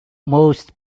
most